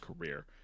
career